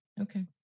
Okay